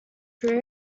through